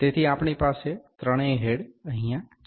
તેથી આપણી પાસે ત્રણેય હેડ અહીંયા છે